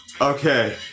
okay